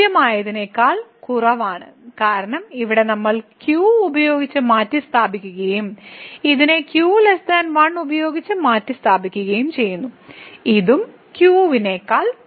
തുല്യമായതിനേക്കാൾ കുറവാണ് കാരണം ഇവിടെ നമ്മൾ q ഉപയോഗിച്ച് മാറ്റിസ്ഥാപിക്കുകയും ഇതിനെ q 1 ഉപയോഗിച്ച് മാറ്റിസ്ഥാപിക്കുകയും ചെയ്യുന്നു ഇതും q നേക്കാൾ കുറവാണ്